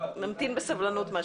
נמתין בסבלנות.